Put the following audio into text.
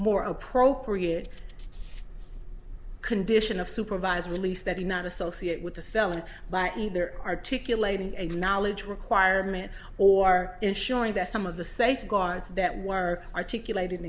more appropriate condition of supervised release that he not associate with a felon by either articulating a knowledge requirement or ensuring that some of the safeguards that were articulated